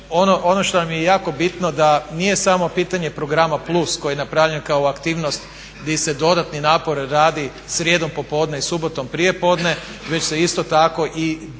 Ono što nam je jako bitno da nije samo pitanje programa plus koji je napravljen kao aktivnost gdje se dodatni napor radi srijedom popodne i subotom prije podne već se isto tako i redovni